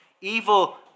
Evil